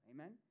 Amen